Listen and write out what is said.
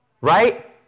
Right